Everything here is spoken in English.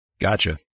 Gotcha